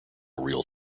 real